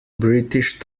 british